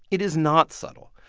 it is not subtle.